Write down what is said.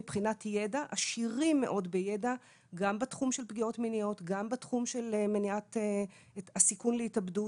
פגשו את המצוקות שלהם וצריך להמשיך והתוכנית